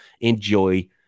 enjoy